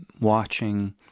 watching